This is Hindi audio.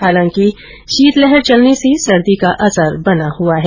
हालांकि शीतलहर चलने से सर्दी का असर बना हआ है